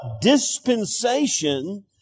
dispensation